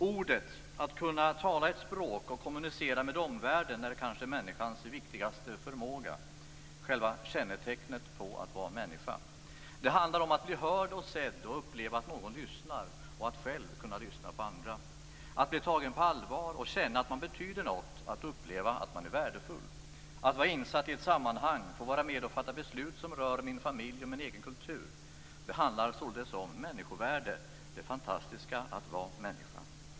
Ordet - att kunna tala ett språk och kommunicera med omvärlden är kanske människans viktigaste förmåga, själva kännetecknet på att vara människa. Det handlar om att bli hörd och sedd, att uppleva att någon lyssnar och att själv kunna lyssna på andra. Det handlar om att bli tagen på allvar och känna att man betyder något. Det handlar om att uppleva att man är värdefull. Det handlar om att vara insatt i ett sammanhang, att få vara med och fatta beslut som rör min familj och min egen kultur. Det handlar således om människovärde, det fantastiska att vara människa.